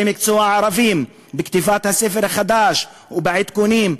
מקצוע ערבים בכתיבת הספר החדש ובעדכונים,